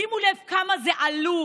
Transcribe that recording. שימו לב כמה זה עלוב.